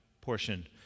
portion